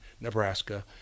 Nebraska